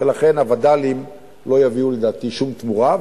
ולכן הווד"לים לא יביאו לדעתי שום תמורה,